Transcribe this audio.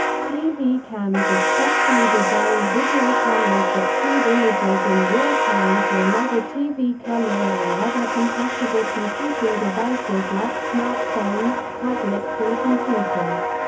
tv cams are specially designed video cameras that feed images in real time to another tv camera or other compatible computing devices like smartphones, tablets and computers.